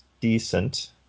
decent